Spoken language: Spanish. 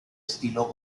estilo